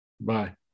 Bye